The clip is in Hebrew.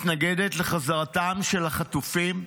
מתנגדת לחזרתם של החטופים,